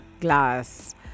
glass